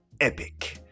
epic